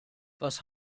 was